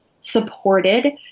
supported